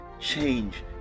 change